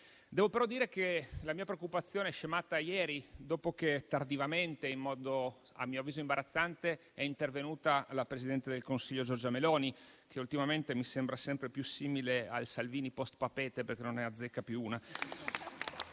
Devo però dire che la mia preoccupazione è scemata ieri dopo che, tardivamente, in modo a mio avviso imbarazzante, è intervenuto il presidente del Consiglio Giorgia Meloni, che ultimamente mi sembra sempre più simile al Salvini post Papeete, perché non ne azzecca più una.